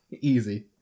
easy